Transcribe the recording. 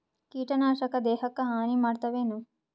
ಕೀಟನಾಶಕ ದೇಹಕ್ಕ ಹಾನಿ ಮಾಡತವೇನು?